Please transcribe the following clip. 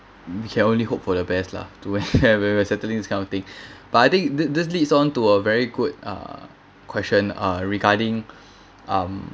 we can only hope for the best lah to when we are settling this kind of thing but I think th~ this leads on to a very good uh question uh regarding um